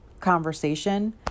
conversation